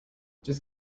just